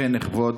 כבוד